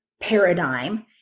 paradigm